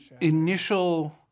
initial